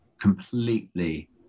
completely